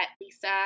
Lisa